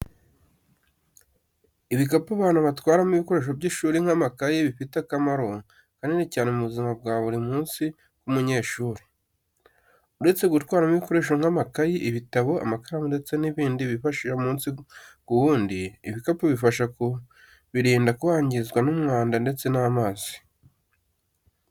Ibikapu abana batwaramo ibikoresho by'ishuri nk'amakayi, bifite akamaro kanini cyane mu buzima bwa buri munsi bw’umunyeshuri. Uretse gutwaramo ibikoresho nk'amakayi, ibitabo, amakaramu ndetse n'ibindi bifashisha umunsi ku wundi, ibikapu bifasha kubirinda kwangizwa n'umwanda ndetse n'amazi.